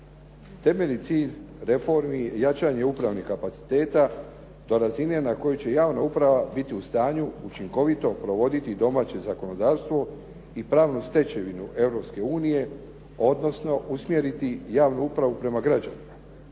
Temeljni cilj reformi je jačanje upravnih kapaciteta do razine na kojoj će javna uprava biti u stanju učinkovito provoditi domaće zakonodavstvo i pravnu stečevinu Europske unije, odnosno usmjeriti javnu upravu prema građanima,